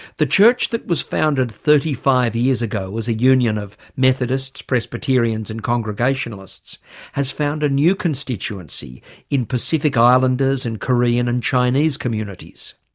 the church that was founded thirty five years ago as a union of methodists, presbyterians, and congregationalists has found a new constituency in pacific islanders and korean and chinese communities.